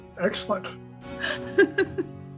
excellent